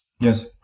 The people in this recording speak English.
Yes